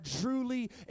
truly